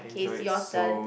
okay it's your turn